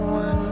one